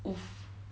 !oof!